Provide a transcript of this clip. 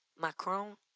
Macron